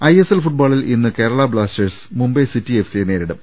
is L ഫുട്ബോളിൽ ഇന്ന് Kerala Blasters Mumbai City എഫ്സിയെ നേരിടും